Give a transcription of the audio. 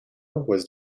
was